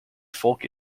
folk